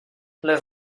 les